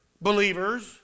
believers